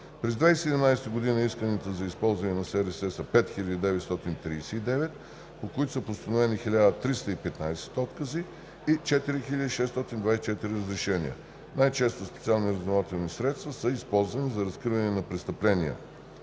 През 2017 г. исканията за използване на СРС са 5939, по които са постановени 1315 отказа и 4624 разрешения. Най-често СРС са използвани за разкриване на престъпления